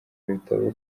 ibitabo